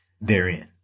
therein